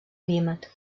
vímet